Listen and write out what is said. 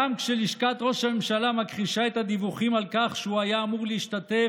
גם כשלשכת ראש הממשלה מכחישה את הדיווחים על כך שהוא היה אמור להשתתף